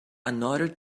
another